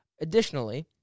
Additionally